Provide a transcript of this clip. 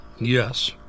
Yes